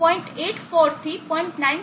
84 થી 0